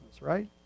right